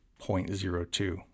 0.02